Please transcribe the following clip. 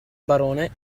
barone